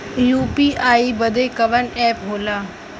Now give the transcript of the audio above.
UPI बदे कवन app होला?